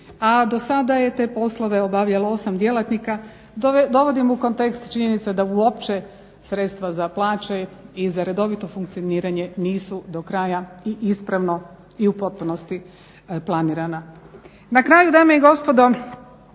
a do sada je te poslove obavljalo 8 djelatnika. Dovodim u kontekst činjenicu da uopće sredstva za plaće i za redovito funkcioniranje nisu do kraja i ispravno i u potpunosti planirana. Na kraju, dame i gospodo,